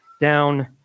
down